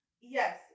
yes